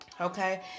Okay